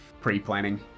pre-planning